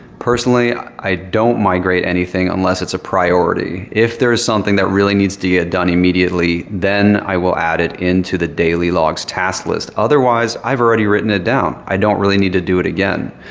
personally, i don't migrate anything unless it's a priority. if there is something that really needs to yeah get done immediately, then i will add it into the daily log's task list. otherwise, i've already written it down. i don't really need to do it again.